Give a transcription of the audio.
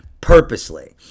purposely